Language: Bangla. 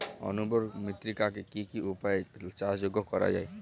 অনুর্বর মৃত্তিকাকে কি কি উপায়ে চাষযোগ্য করা যায়?